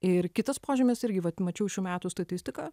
ir kitas požymis irgi vat mačiau šių metų statistiką